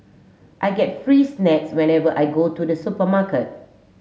I get free snacks whenever I go to the supermarket